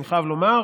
אני חייב לומר,